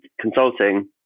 consulting